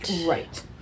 Right